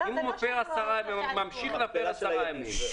אם הוא ממשיך להפר 10 ימים?